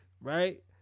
Right